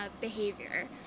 behavior